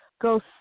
go